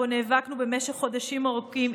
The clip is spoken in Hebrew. שבו נאבקנו במשך חודשים ארוכים,